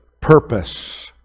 purpose